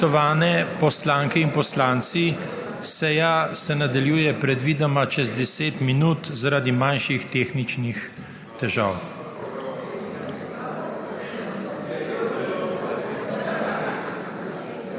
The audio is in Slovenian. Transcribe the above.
poslanke in poslanci, seja se nadaljuje predvidoma čez 10 minut zaradi manjših tehničnih težav.